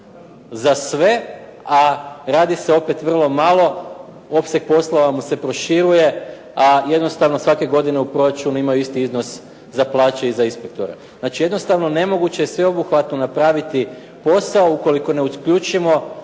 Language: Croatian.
za sve a radi se opet vrlo malo. Opseg poslova mu se proširuje, a jednostavno svake godine u proračunu imaju isti iznos za plaće i za inspektore. Znači, jednostavno nemoguće je sveobuhvatno napraviti posao ukoliko ne uključimo